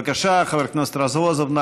בבקשה, חבר הכנסת רזבוזוב.